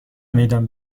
میدان